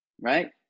right